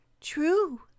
True